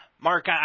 Mark